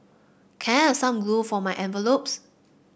can I have some glue for my envelopes